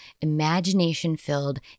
imagination-filled